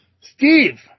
Steve